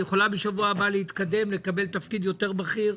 היא יכולה בשבוע הבא להתקדם לקבל תפקיד יותר בכיר,